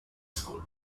school